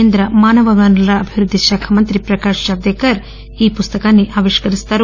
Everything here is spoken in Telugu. కేంద్ర మానవ వనరుల అభివృద్ది శాఖ మంత్రి ప్రకాశ్ జవదేకర్ ఈ పుస్తకాన్ని ఆవిష్కరించనున్నారు